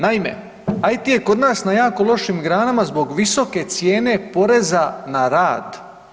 Naime, IT je kod na jako lošim granama zbog visoke cijene poreza na rad.